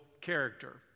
character